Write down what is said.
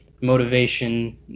motivation